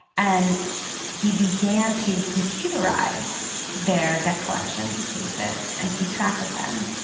and he began to computerize their debt collections cases and keep track of them.